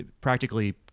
practically